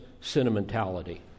sentimentality